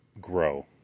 grow